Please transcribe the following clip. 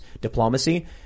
diplomacy